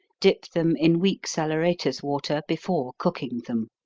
dip them in weak saleratus water before cooking them.